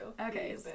okay